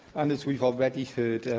and as we've already heard,